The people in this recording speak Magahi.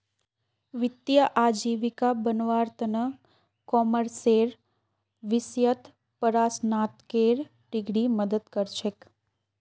वित्तीय आजीविका बनव्वार त न कॉमर्सेर विषयत परास्नातकेर डिग्री मदद कर छेक